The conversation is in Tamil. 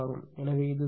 எனவே இதுதான் பிரச்சனை